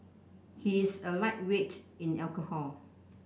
he is a lightweight in alcohol